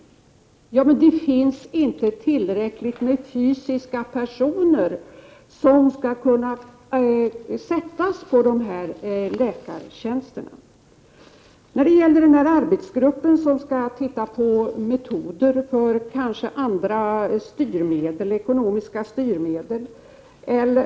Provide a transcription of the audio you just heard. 1988/89:18 inte tillräckligt med fysiska personer, som kan besätta de här läkartjänsterna. 7 november 1988 När det gäller arbetsgruppen som skall se på metoder för andra styrmedel= = Z==U do To oh ekonomiska styrmedel etc.